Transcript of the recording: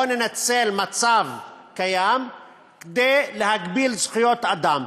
בוא ננצל מצב קיים כדי להגביל זכויות אדם.